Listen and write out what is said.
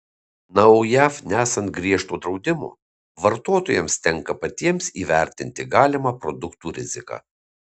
na o jav nesant griežto draudimo vartotojams tenka patiems įvertinti galimą produktų riziką